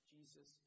Jesus